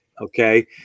Okay